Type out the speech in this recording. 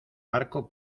barco